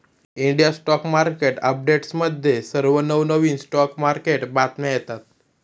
India stock market अपडेट्समध्ये सर्व नवनवीन स्टॉक मार्केट बातम्या येतात